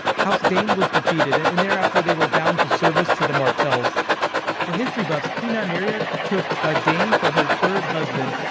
house dayne was defeated and thereafter they were bound to service to the martells for history buffs, queen nymeria took a dayne for her third husband,